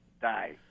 die